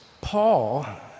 Paul